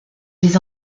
les